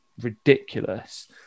ridiculous